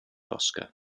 oscar